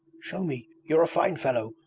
show me! you're a fine fellow,